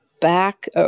back